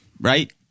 right